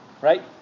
Right